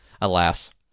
alas